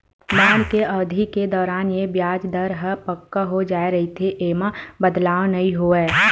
bond के अबधि के दौरान ये बियाज दर ह पक्का हो जाय रहिथे, ऐमा बदलाव नइ होवय